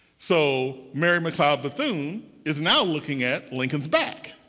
so mary mccleod bethune is now looking at lincoln's back.